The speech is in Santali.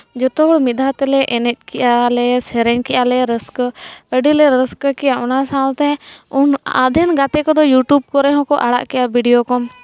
ᱡᱚᱛᱚ ᱦᱚᱲ ᱢᱤᱫ ᱫᱷᱟᱣ ᱛᱮᱞᱮ ᱮᱱᱮᱡᱽ ᱠᱮᱜᱼᱟ ᱞᱮ ᱥᱮᱨᱮᱧ ᱠᱮᱜᱼᱟ ᱞᱮ ᱨᱟᱹᱥᱠᱟᱹ ᱟᱹᱰᱤᱞᱮ ᱨᱟᱹᱥᱠᱟᱹ ᱠᱮᱜᱼᱟ ᱚᱱᱟ ᱥᱟᱶᱛᱮ ᱩᱱ ᱟᱫᱷᱮᱱ ᱜᱟᱛᱮ ᱠᱚᱫᱚ ᱤᱭᱩᱴᱩᱵᱽ ᱠᱚᱨᱮ ᱦᱚᱸᱠᱚ ᱟᱲᱟᱜ ᱠᱮᱜᱼᱟ ᱵᱷᱤᱰᱭᱳ ᱠᱚ